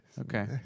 Okay